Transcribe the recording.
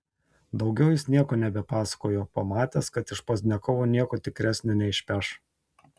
daugiau jis nieko nebepasakojo pamatęs kad iš pozdniakovo nieko tikresnio neišpeš